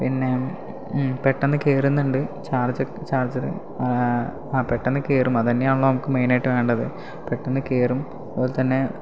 പിന്നെ പെട്ടെന്ന് കേറുന്നുണ്ട് ചാർജ് ചാർജർ ആ പെട്ടെന്ന് കേറും അത് തന്നെയാണല്ലോ നമുക്ക് മെയിനായിട്ട് വേണ്ടത് പെട്ടെന്ന് കേറും അതുപോലെ തന്നെ